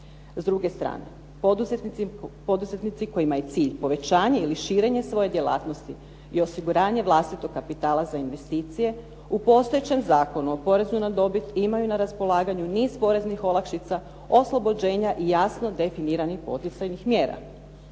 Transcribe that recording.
S druge strane, poduzetnici kojima je cilj povećanje ili širenje svoje djelatnosti i osiguranje vlastitog kapitala za investicije u postojećem Zakonu o porezu na dobit imaju na raspolaganju niz poreznih olakšica, oslobođenja i jasno definiranih poticajnih mjera.